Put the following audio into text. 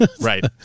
Right